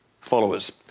followers